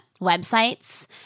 websites